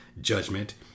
judgment